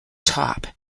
top